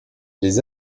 les